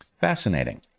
Fascinating